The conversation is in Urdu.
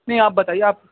نہیں آپ بتایئے آپ